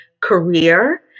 career